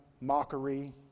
mockery